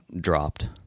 dropped